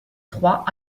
trois